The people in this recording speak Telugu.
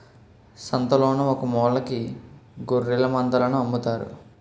సంతలోన ఒకమూలకి గొఱ్ఱెలమందలను అమ్ముతారు